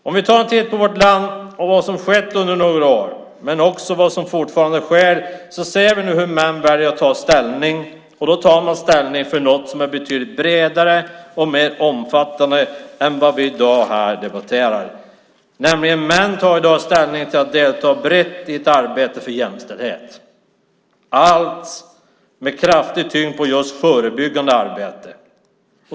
Om vi tar en titt på vad som har skett under de senaste åren i vårt land och som fortfarande sker kan vi se hur män nu väljer att ta ställning. Man tar ställning för något som är betydligt bredare och mer omfattande än vad vi i dag här debatterar. Män tar i dag ställning för att delta brett i ett arbete för jämställdhet - allt med kraftig tyngd på just förebyggande arbete.